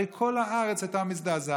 הרי כל הארץ הייתה מזדעזעת.